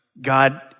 God